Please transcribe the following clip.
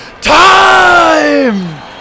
time